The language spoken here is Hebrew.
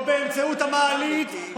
או באמצעות המעלית,